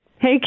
hey